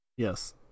yes